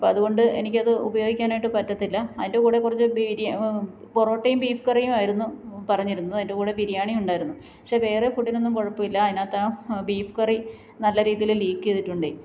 അപ്പോള് അതുകൊണ്ട് എനിക്കത് ഉപയോഗിക്കാനായിട്ട് പറ്റത്തില്ല അതിൻ്റെ കൂടെ കുറച്ച് പൊറോട്ടയും ബീഫ് കറിയുമായിരുന്നു പറഞ്ഞിരുന്നത് അതിൻ്റെ കൂടെ ബിരിയാണിയും ഉണ്ടായിരുന്നു പക്ഷേ വേറെ ഫുഡിനൊന്നും കുഴപ്പമില്ല അതിനകത്താ ബീഫ് കറി നല്ല രീതിയിൽ ലീക്ക് ചെയ്യ്തിട്ടുണ്ടേ